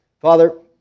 father